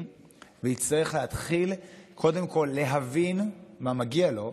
ויצטרך להתחיל קודם כול להבין מה מגיע לו,